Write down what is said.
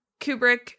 Kubrick